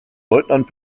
leutnant